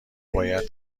باید